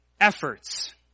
efforts